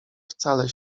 wcale